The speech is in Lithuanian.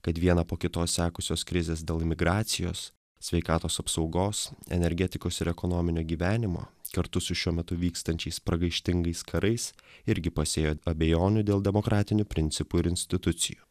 kad viena po kitos sekusios krizės dėl imigracijos sveikatos apsaugos energetikos ir ekonominio gyvenimo kartu su šiuo metu vykstančiais pragaištingais karais irgi pasėjo abejonių dėl demokratinių principų ir institucijų